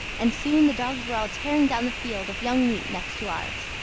and soon the dogs were all tearing down the field of young wheat next to ours.